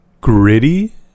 gritty